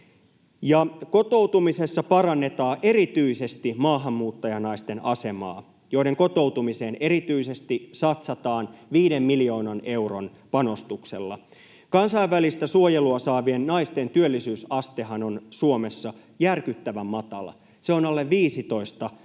Kotoutumisessa parannetaan erityisesti maahanmuuttajanaisten asemaa, joiden kotoutumiseen erityisesti satsataan viiden miljoonan euron panostuksella. Kansainvälistä suojelua saavien naisten työllisyysastehan on Suomessa järkyttävän matala. Se on alle 15 prosenttia,